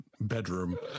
bedroom